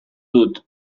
dut